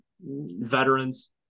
veterans